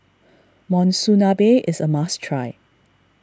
Monsunabe is a must try